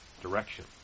direction